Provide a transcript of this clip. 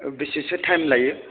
बेसेसो थाइम लायो